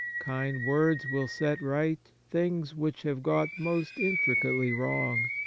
kind words will set right things which have got most intricately wrong.